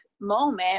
moment